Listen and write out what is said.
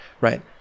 Right